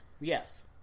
Yes